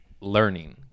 learning